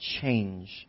change